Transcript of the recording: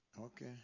Okay